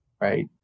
right